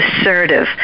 assertive